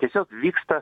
tiesiog vyksta